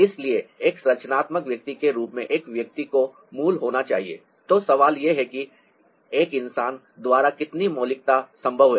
इसलिए एक रचनात्मक व्यक्ति के रूप में एक व्यक्ति को मूल होना चाहिए तो सवाल यह है कि एक इंसान द्वारा कितनी मौलिकता संभव है